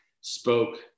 spoke